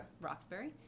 Roxbury